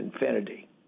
infinity